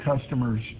customers